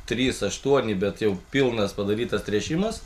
trys aštuoni bet jau pilnas padarytas tręšimas